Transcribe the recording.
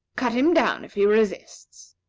cut him down, if he resists!